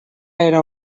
era